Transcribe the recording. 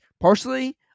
personally